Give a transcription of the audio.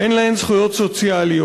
אין להן זכויות סוציאליות,